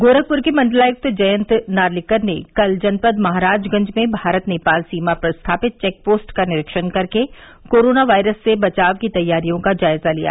गोरखपुर के मंडलायुक्त जयंत नार्लिकर ने कल जनपद महराजगंज में भारत नेपाल सीमा पर स्थापित चेकपोस्ट का निरीक्षण कर के कोरोना वायरस से बचाव की तैयारियों का जायजा लिया